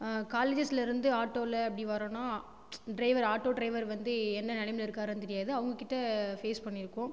காலேஜஸில் இருந்து ஆட்டோவில அப்படி வரோனா ட்ரைவர் ஆட்டோ ட்ரைவர் வந்து என்ன நிலமல இருக்காருன்னு தெரியாது அவங்ககிட்ட ஃபேஸ் பண்ணிருக்கோம்